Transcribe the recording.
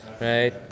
Right